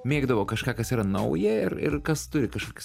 mėgdavo kažką kas yra nauja ir ir kas turi kažkokį